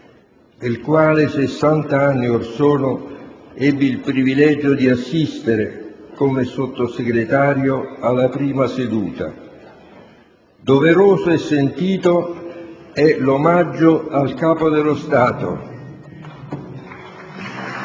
nel quale, sessant'anni or sono, ebbi il privilegio di assistere come Sottosegretario alla prima seduta. Doveroso e sentito è l'omaggio al Capo dello Stato